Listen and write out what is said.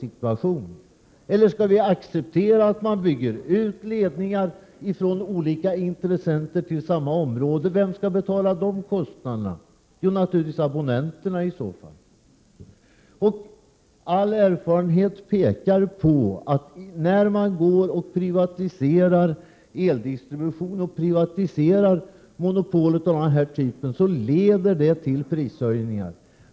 Skall man acceptera en utbyggnad av ledningar från olika intressenter till samma område? Vem skall i så fall bära kostnaderna? Naturligtvis skulle det bli abonnenterna som fick betala. All erfarenhet visar att en privatisering av eldistribution och monopol av den här typen leder till prishöjningar.